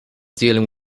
dealing